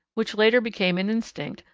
which later became an instinct,